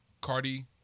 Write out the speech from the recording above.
Cardi